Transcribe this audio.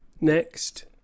Next